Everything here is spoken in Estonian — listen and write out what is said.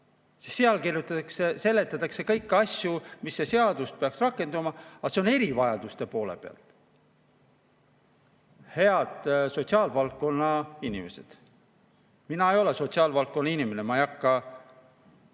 ja seletatakse kõiki asju, mida see seadus peaks rakendama, aga seda erivajaduste poole pealt. Head sotsiaalvaldkonna inimesed! Mina ei ole sotsiaalvaldkonna inimene, ma ei hakka